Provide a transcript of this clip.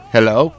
Hello